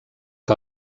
que